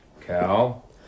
Cal